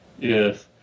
Yes